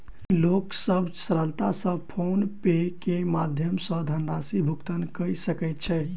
लोक सभ सरलता सॅ फ़ोन पे के माध्यम सॅ धनराशि भुगतान कय सकै छै